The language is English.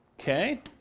Okay